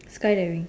sky diving